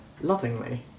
lovingly